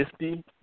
50